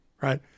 right